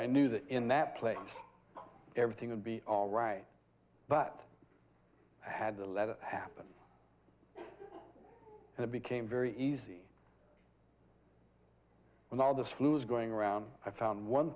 i knew that in that place everything would be all right but i had to let it happen and it became very easy with all this flus going around i found one